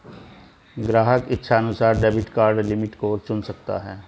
ग्राहक इच्छानुसार debit card limit को चुन सकता है